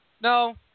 No